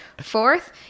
fourth